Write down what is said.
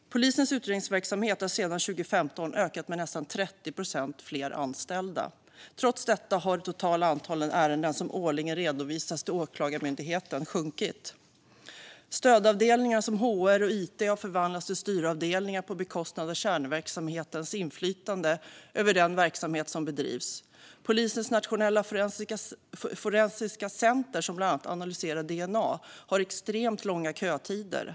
Polisens utredningsverksamhet har sedan 2015 ökat med nästan 30 procent fler anställda. Trots detta har det totala antalet ärenden som årligen redovisas till Åklagarmyndigheten sjunkit. Stödavdelningar som HR och IT har förvandlats till styravdelningar på bekostnad av kärnverksamhetens inflytande över den verksamhet som bedrivs. Nationellt forensiskt centrum, som bland annat analyserar dna, har extremt långa kötider.